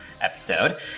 episode